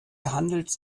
handelt